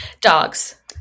Dogs